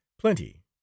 plenty